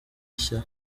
nshya